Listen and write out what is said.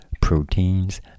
proteins